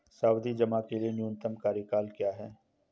सावधि जमा के लिए न्यूनतम कार्यकाल क्या है?